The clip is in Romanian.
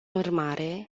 urmare